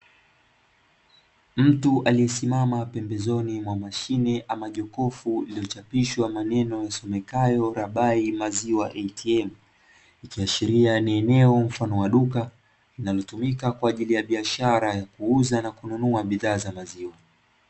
Mtu aliyesimama pembezoni mwa mashine ama jokofu lililochapishwa maneno yasomekayo Rabai maziwa atm, ikiashiria ni eneo mfano wa duka linalotumika kwa ajili ya biashara ya kuuza na kununua bidhaa za maziwa.